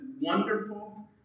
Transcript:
wonderful